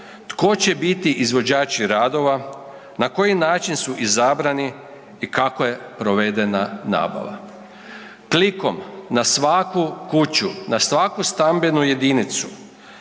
tko će biti izvođači radova, na koji način su izabrani i kako je provedena nabava. Klikom na svaku kuću, na svaku stambenu jedinicu